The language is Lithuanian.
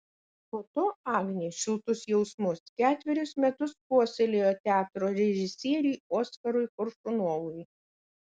po to agnė šiltus jausmus ketverius metus puoselėjo teatro režisieriui oskarui koršunovui